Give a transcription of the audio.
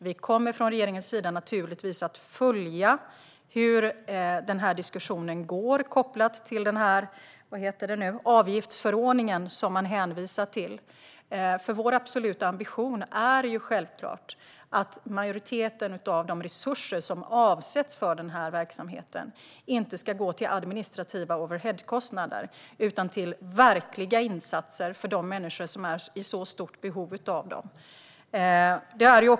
Vi kommer från regeringens sida naturligtvis att följa hur den här diskussionen går, kopplat till den avgiftsförordning som man hänvisar till. Vår absoluta ambition är självklart att majoriteten av de resurser som avsätts för den här verksamheten inte ska gå till administrativa overheadkostnader utan till verkliga insatser för de människor som är i stort behov av dem.